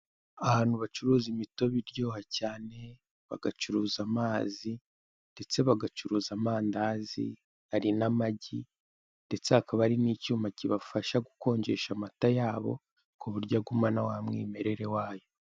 Ahantu bacuruza imitobe iryoha cyane, bagacuruza amazi ndetse bagacuruza amandazi. Hari n'amagi, ndetse hakaba n'icyuma kibafasha gukonjesha amata yabo, ku buryo agumana wa mwimerere wayo.